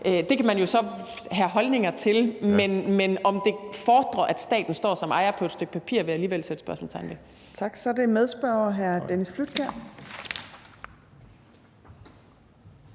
Det kan man jo så have holdninger til, men om det fordrer, at staten står som ejer på et stykke papir, vil jeg alligevel sætte spørgsmålstegn ved. Kl. 15:25 Tredje næstformand